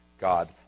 God